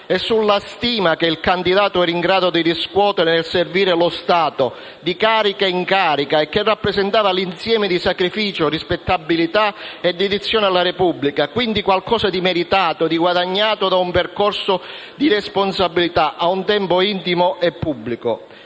e sulla stima che il candidato era in grado di riscuotere e servire lo Stato, di carica in carica, e che rappresentava l'insieme di sacrificio, rispettabilità e dedizione alla Repubblica; quindi, qualcosa di meritato, di guadagnato da un percorso di responsabilità a un tempo intimo e pubblico.